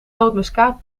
nootmuskaat